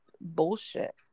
bullshit